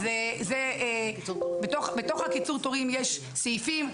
בתוף קיצור התורים יש סעיפים.